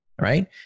right